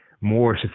more